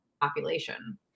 population